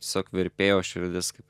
tiesiog virpėjau širdis kaip